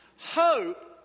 Hope